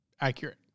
accurate